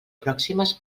pròximes